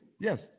Yes